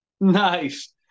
Nice